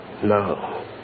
No